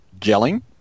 gelling